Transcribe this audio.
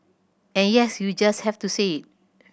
and yes you just have to say it